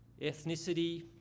ethnicity